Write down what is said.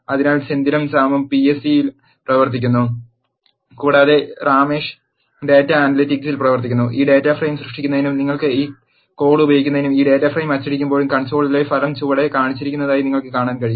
അതിനാൽ സെന്തിലും സാമും പി എസ് ഇയിൽ പ്രവർത്തിക്കുന്നു കൂടാതെ റാമെഷ് ഡാറ്റാ അനലിറ്റിക്സിൽ പ്രവർത്തിക്കുന്നു ഈ ഡാറ്റ ഫ്രെയിം സൃഷ്ടിക്കുന്നതിനും നിങ്ങൾക്ക് ഈ കോഡ് ഉപയോഗിക്കാനും ഈ ഡാറ്റ ഫ്രെയിം അച്ചടിക്കുമ്പോഴും കൺസോളിലെ ഫലം ചുവടെ കാണിച്ചിരിക്കുന്നതായി നിങ്ങൾക്ക് കാണാൻ കഴിയും